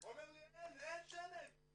--- אין שמן,